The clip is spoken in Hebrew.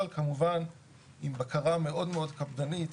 אבל כמובן עם בקרה מאוד מאוד קפדנית.